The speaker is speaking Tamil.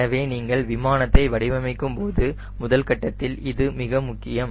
எனவே நீங்கள் விமானத்தை வடிவமைக்கும்போது முதல் கட்டத்தில் இதுவும் மிக முக்கியம்